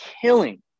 killing